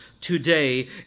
today